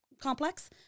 complex